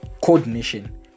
coordination